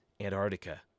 Antarctica